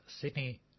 Sydney